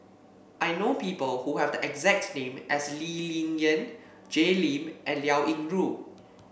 I know people who have the exact name as Lee Ling Yen Jay Lim and Liao Yingru